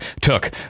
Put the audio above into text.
took